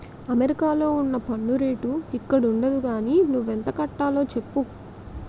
అమెరికాలో ఉన్న పన్ను రేటు ఇక్కడుండదు గానీ నువ్వెంత కట్టాలో చెప్పు